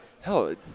Hell